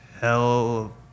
hell